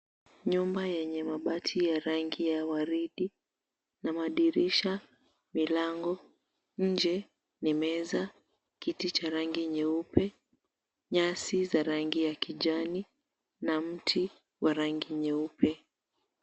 Nyumba yenye mabati ya rangi ya waridi na madirisha, milango. Nje ni meza, kiti cha rangi nyeupe, nyasi za rangi ya kijani na mti wa rangi nyeupe.